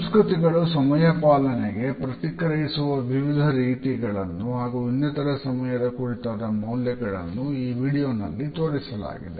ಸಂಸ್ಕೃತಿಗಳು ಸಮಯಪಾಲನೆಗೆ ಪ್ರತಿಕ್ರಿಯಿಸುವ ವಿವಿಧ ರೀತಿಗಳನ್ನು ಹಾಗೂ ಇನ್ನಿತರೆ ಸಮಯದ ಕುರಿತಾದ ಮೌಲ್ಯಗಳನ್ನು ಈ ವಿಡಿಯೋನಲ್ಲಿ ತೋರಿಸಲಾಗಿದೆ